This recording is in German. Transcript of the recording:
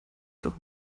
doch